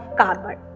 carbon